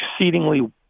exceedingly